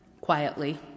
quietly